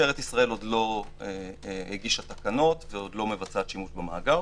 משטרת ישראל עוד לא הגישה תקנות ועוד לא מבצעת שימוש במאגר.